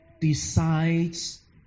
decides